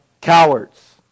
cowards